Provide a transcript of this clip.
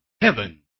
heaven